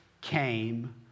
came